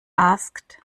asked